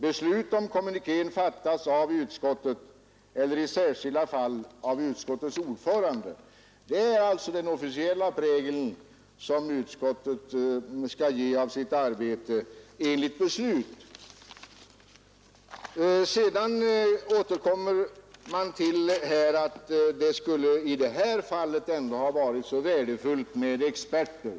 Beslut om kommunikén fattas av utskottet eller i särskilda fall av utskottets ordförande.” Det är alltså den officiella prägel som utskottet skall ge sitt arbete enligt beslut. Sedan återkommer man här till att det i detta fall ändå skulle ha varit så värdefullt med experter.